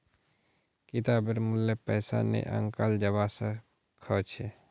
किताबेर मूल्य पैसा नइ आंकाल जबा स ख छ